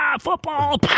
football